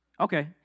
Okay